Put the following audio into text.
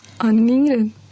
Unneeded